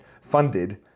funded